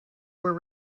were